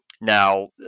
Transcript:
now